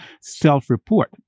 self-report